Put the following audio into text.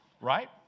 Right